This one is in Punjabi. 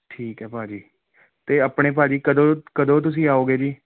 ਠੀਕ ਹੈ ਭਾਅ ਜੀ ਅਤੇ ਆਪਣੇ ਭਾਅ ਜੀ ਕਦੋਂ ਕਦੋਂ ਤੁਸੀਂ ਆਓਗੇ ਜੀ